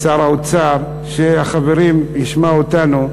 שר האוצר, שהחברים ישמעו אותנו,